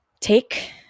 take